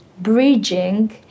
bridging